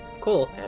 Cool